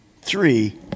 three